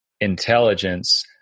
intelligence